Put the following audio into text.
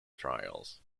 trials